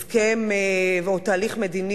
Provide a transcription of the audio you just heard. הסכם או תהליך מדיני